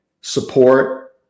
support